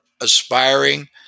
aspiring